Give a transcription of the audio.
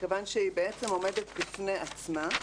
מכיוון שהיא עומדת בפני עצמה,